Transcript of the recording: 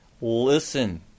Listen